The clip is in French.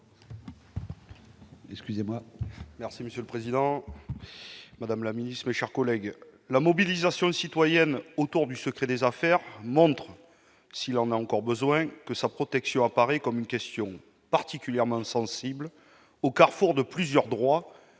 La mobilisation citoyenne autour du secret des affaires montre, s'il en était encore besoin, que sa protection apparaît comme une question particulièrement sensible, au carrefour de plusieurs droits